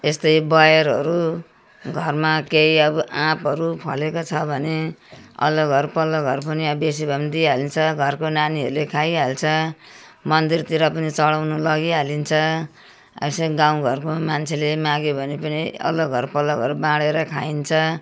यस्तै बयरहरू घरमा केही अब आँपहरू फलेको छ भने अल्लो घर पल्लो घर पनि अब बेसी भयो भने दिइहालिन्छ घरको नानीहरूले खाइहाल्छ मन्दिरतिर पनि चढाउनु लगिहालिन्छ यसै गाउँ घरको मान्छेले मागे भने पनि अल्लो घर पल्लो घर बाँढेर खाइन्छ